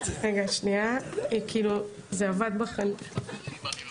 עכשיו נעבור לחלק של